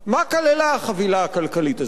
מה כללה החבילה הכלכלית הזאת?